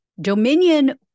Dominion